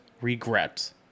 regret